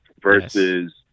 versus